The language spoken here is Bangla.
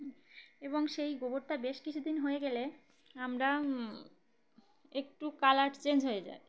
এবং সেই গোবরটা বেশ কিছুদিন হয়ে গেলে আমরা একটু কালার চেঞ্জ হয়ে যাই